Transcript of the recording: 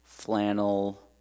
flannel